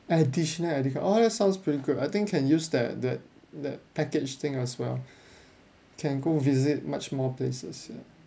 additional air ticket ah that sounds pretty good I think can use that that that package thing as well can go visit much more places yup